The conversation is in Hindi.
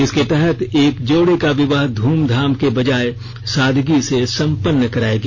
इसके तहत एक जोड़े का विवाह धूमधाम के बजाय सादगी से संपन्न कराया गया